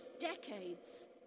decades